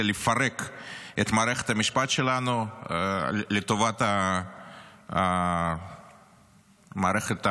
לפרק את מערכת המשפט שלנו לטובת המערכת הרבנית,